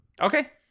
Okay